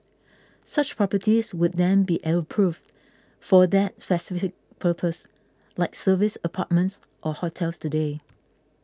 such properties would then be approved for that purpose like service apartments or hotels today